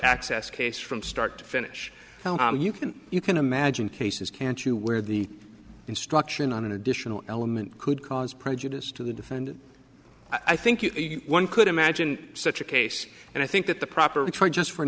access case from start to finish you can you can imagine cases can't you where the instruction on an additional element could cause prejudice to the defendant i think one could imagine such a case and i think that the properly tried just for an